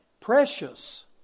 precious